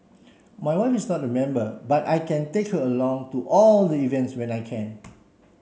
my wife is not a member but I take her along to all the events when I can